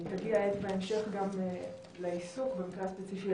תגיע העת בהמשך לעיסוק במקרה הספציפי